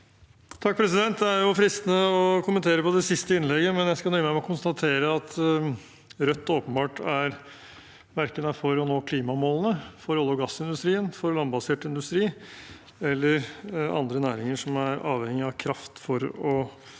(H) Det er fristende å kommentere på det siste innlegget, men jeg skal nøye meg med å konstatere at Rødt åpenbart verken er for å nå klimamålene, for olje- og gassindustrien, for landbasert industri eller for andre næringer som er avhengig av kraft for å